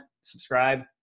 subscribe